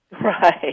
Right